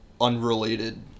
unrelated